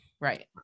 Right